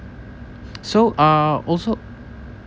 so uh also